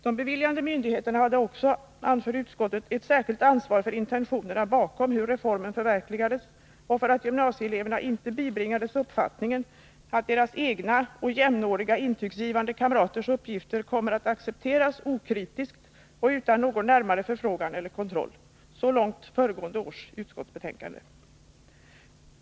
De beviljande myndigheterna hade också, anförde utskottet, ett särskilt ansvar för hur intentionerna bakom reformen förverkligades och för att gymnasieeleverna inte bibringades uppfattningen att deras egna och jämnåriga intygsgivande kamraters uppgifter kommer att accepteras okritiskt och utan någon närmare förfrågan eller kontroll. Så långt föregående års utskottsbetänkande.